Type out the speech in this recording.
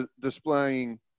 displaying